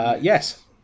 yes